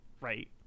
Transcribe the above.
right